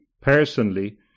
personally